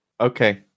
Okay